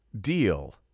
deal